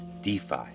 DeFi